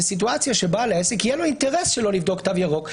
מסיטואציה שלבעל העסק יהיה אינטרס שלא לבדוק תו ירוק,